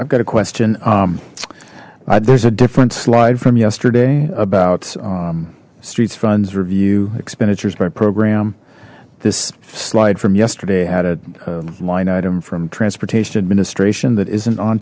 i've got a question there's a different slide from yesterday about streets funds review expenditures by program this slide from yesterday had a line item from transportation administration that isn't on